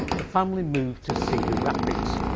the family moved to cedar rapids.